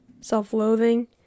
self-loathing